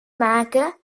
maken